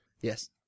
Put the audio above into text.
Yes